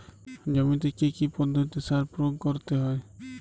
জমিতে কী কী পদ্ধতিতে সার প্রয়োগ করতে হয়?